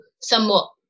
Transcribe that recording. somewhat